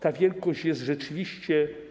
Ta wielkość jest rzeczywiście.